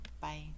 Bye